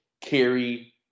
carry